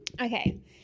Okay